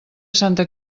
santa